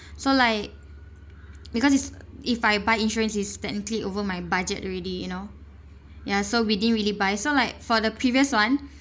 so like because is if I buy insurance is technically over my budget already you know ya so we didn't really buy so like for the previous one